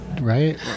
right